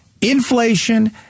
inflation